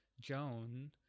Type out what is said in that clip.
Joan